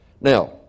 Now